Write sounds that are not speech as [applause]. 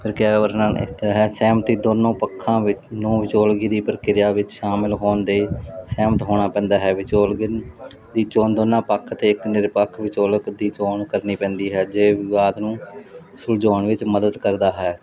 ਫਿਰ ਕਿਆ [unintelligible] ਸਹਿਮਤੀ ਦੋਨਾਂ ਪੱਖਾਂ ਨੂੰ ਵਿਚੋਲਗੀ ਦੀ ਪ੍ਰਕਿਰਿਆ ਵਿੱਚ ਸ਼ਾਮਿਲ ਹੋਣ ਦੇ ਸਹਿਮਤ ਹੋਣਾ ਪੈਂਦਾ ਹੈ ਵਿਚੋਲਗੀ ਦੀ ਚੋਣ ਦੋਨਾਂ ਪੱਖਾਂ ਤੋਂ ਇੱਕ ਨਿਰਪੱਖ ਵਿਚੋਲਕ ਦੀ ਚੋਣ ਕਰਨੀ ਪੈਂਦੀ ਹੈ ਜੋ ਵਿਵਾਦ ਨੂੰ ਸੁਲਝਾਉਣ ਵਿੱਚ ਮਦਦ ਕਰਦਾ ਹੈ